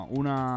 una